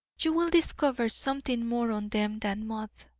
you will discover something more on them than mud.